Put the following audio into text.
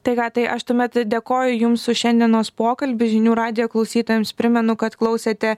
tai ką tai aš tuomet dėkoju jums už šiandienos pokalbį žinių radijo klausytojams primenu kad klausėte